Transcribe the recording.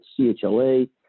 CHLA